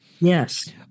Yes